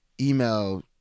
email